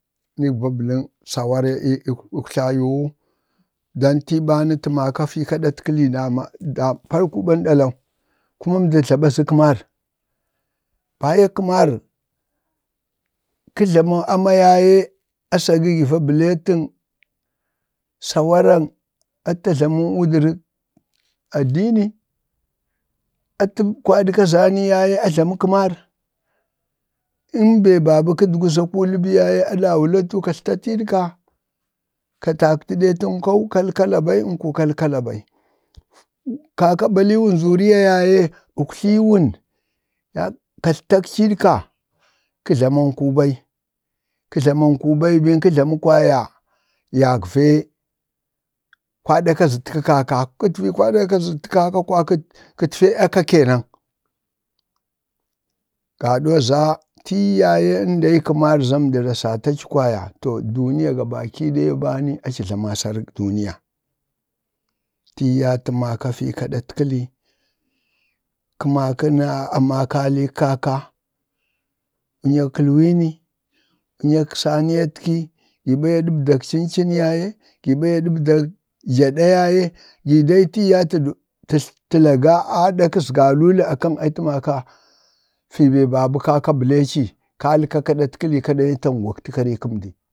nig va bələŋ sawari ii iiktlayuwu, dan tii ɓani karku ɓa nən ɗalau, andi jlaba zə kəmar ayii kəmar, ka jlamə ama yaye ajlawi gi va bleetəŋ attajlami wu dərəŋ addini, atə kwaɗa kazani yaye a jlaŋ kəmar, iim bee ba bə kadgu kuli bii ya ye a laulatu katlo ttəiiɗka, ka təɗkəɗa tu əŋkau kalkala bai, aŋku kalkala bai. kaka balliwən zuriya ya ye uktliiwun katltakci iiɗka, kə jlamaŋ- kuu ɓai, kə jlamaŋ kuu ɓai bin kə jlaŋ kwaya, yakfee kwaɗak kəzətkək- kaka, kətii kwaɗak kazətka kaka kwaya kət feeka ke nan. gaɗoo za ən dee kəmar za əndi rasataci kwaya too duniya gabaki daya ɓani, aci jlamə asarək duniya. tii ya tə maka fii kaɗat-kəli, kə makə fii kaɗat-kəli, ka maka na amaka alii kaka. wunyak kəlwii ni, wunyak saniyat ki, gi za ya ɗəbdak cin- cin ya ye, gi dai tii ya təɗtə maka fii be ba bə kaka able ci kidi kakaɗatkəli kar aci taŋgwa kakəndi, don gaktakari kəndi